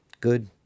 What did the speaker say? good